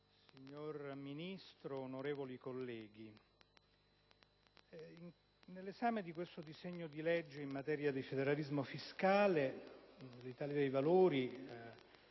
signor Ministro, onorevoli colleghi, nell'esame di questo disegno di legge in materia di federalismo fiscale l'Italia dei Valori